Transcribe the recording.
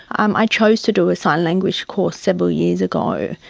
um i chose to do a sign language course several years ago,